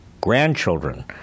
grandchildren